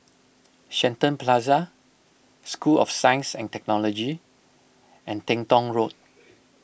Shenton Plaza School of Science and Technology and Teng Tong Road